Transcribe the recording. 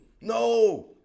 No